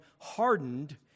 hardened